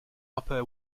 upper